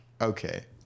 okay